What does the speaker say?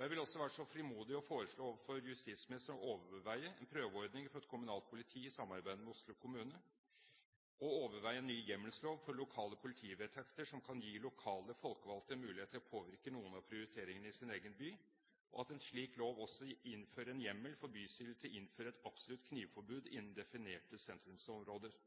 Jeg vil også være så frimodig å foreslå overfor justisministeren å overveie: en prøveordning for et kommunalt politi i samarbeid med Oslo kommune en ny hjemmelslov for lokale politivedtekter som kan gi lokale folkevalgte mulighet til å påvirke noen av prioriteringene i sin egen by at det i en slik lov også gis en hjemmel for bystyret til å innføre et absolutt knivforbud innen definerte sentrumsområder